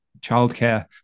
childcare